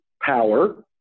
power